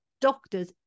doctors